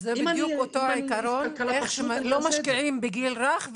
זה בדיוק אותו העיקרון שכאשר לא משקיעים בגיל רך,